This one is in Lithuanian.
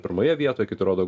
pirmoje vietoje kitur rodo